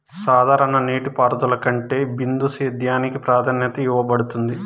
సాధారణ నీటిపారుదల కంటే బిందు సేద్యానికి ప్రాధాన్యత ఇవ్వబడుతుంది